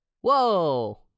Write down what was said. Whoa